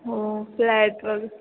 हो फ्लॅट वगैरे